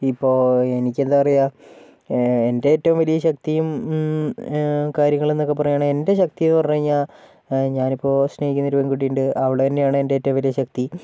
ഇപ്പോൾ എനിക്ക് എന്താണ് പറയുക എൻ്റെ ഏറ്റവും വലിയ ശക്തിയും കാര്യങ്ങളും എന്നൊക്കെ പറയുകയാണേൽ എൻ്റെ ശക്തി എന്ന് പറഞ്ഞു കഴിഞ്ഞാൽ ഞാനിപ്പോൾ സ്നേഹിക്കുന്ന ഒരു പെൺകുട്ടി ഉണ്ട് അവള് തന്നെയാണ് എൻ്റെ ഏറ്റവും വലിയ ശക്തി